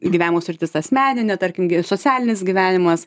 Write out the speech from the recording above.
gyvenimo sritis asmeninė tarkim socialinis gyvenimas